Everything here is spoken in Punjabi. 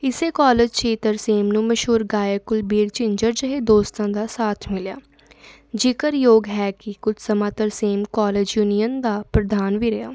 ਇਸ ਕੋਲਜ 'ਚ ਹੀ ਤਰਸੇਮ ਨੂੰ ਮਸ਼ਹੂਰ ਗਾਇਕ ਕੁਲਬੀਰ ਝਿੰਜਰ ਜਿਹੇ ਦੋਸਤਾਂ ਦਾ ਸਾਥ ਮਿਲਿਆ ਜ਼ਿਕਰਯੋਗ ਹੈ ਕਿ ਕੁਛ ਸਮਾਂ ਤਰਸੇਮ ਕੋਲਜ ਯੂਨੀਅਨ ਦਾ ਪ੍ਰਧਾਨ ਵੀ ਰਿਹਾ